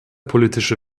politische